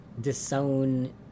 disown